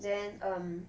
then um